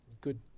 good